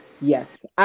Yes